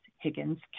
Higgins